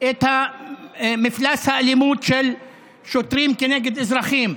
את מפלס האלימות של שוטרים כנגד אזרחים,